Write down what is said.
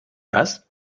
was